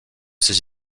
ses